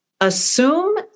assume